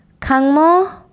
Kangmo